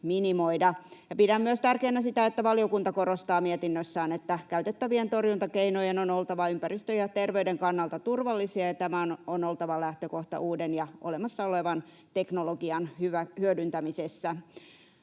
Pidän myös tärkeänä sitä, että valiokunta korostaa mietinnössään, että käytettävien torjuntakeinojen on oltava ympäristön ja terveyden kannalta turvallisia ja tämän on oltava lähtökohta uuden ja olemassa olevan teknologian hyödyntämisessä.